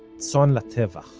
so and la'tevach,